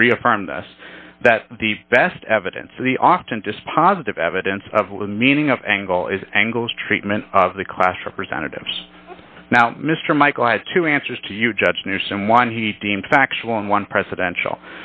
has reaffirmed us that the best evidence of the often dispositive evidence of the meaning of angle is angles treatment of the class representatives now mr michael i have two answers to you judge knew someone he deemed factual and one presidential